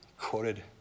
Quoted